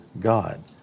God